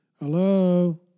Hello